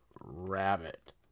rabbit